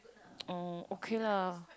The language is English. orh okay lah